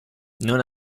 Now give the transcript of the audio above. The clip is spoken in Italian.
non